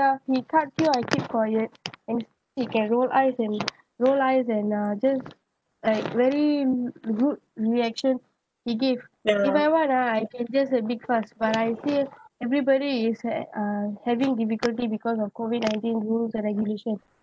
he cut queue I keep quiet and still he can roll eyes and roll eyes and uh just like very rude reaction he give if I want ah I can just a big fuss but I feel everybody is at uh having difficulty because of COVID-nineteen rules and regulation